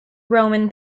roman